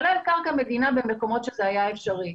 כולל קרקע מדינה במקומות שזה היה אפשרי.